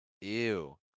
Ew